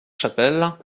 chapelle